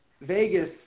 Vegas